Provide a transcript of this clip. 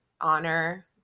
honor